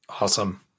Awesome